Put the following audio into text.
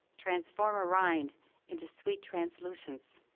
transform a rind into sweet translucence.